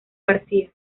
garcía